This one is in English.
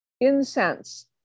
incense